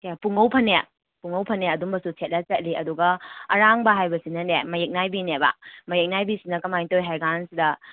ꯀꯩꯅꯣ ꯄꯨꯡꯉꯧ ꯐꯅꯦꯛ ꯄꯨꯡꯉꯧ ꯐꯅꯦꯛ ꯑꯗꯨꯝꯕꯁꯨ ꯁꯦꯠꯂ ꯆꯠꯂꯤ ꯑꯗꯨꯒ ꯑꯔꯥꯡꯕ ꯍꯥꯏꯕꯁꯤꯅꯅꯦ ꯃꯌꯦꯛ ꯅꯥꯏꯕꯤꯅꯦꯕ ꯃꯌꯦꯛ ꯅꯥꯏꯕꯤꯁꯤꯅ ꯀꯃꯥꯏꯅ ꯇꯧꯏ ꯍꯥꯏꯀꯥꯟꯁꯤꯗ